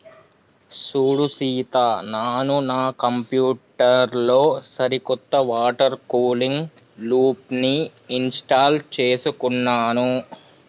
సూడు సీత నాను నా కంప్యూటర్ లో సరికొత్త వాటర్ కూలింగ్ లూప్ని ఇంస్టాల్ చేసుకున్నాను